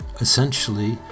essentially